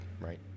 Right